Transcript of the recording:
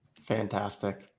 Fantastic